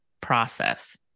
process